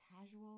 casual